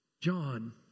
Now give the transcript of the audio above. John